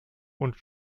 und